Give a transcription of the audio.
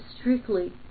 strictly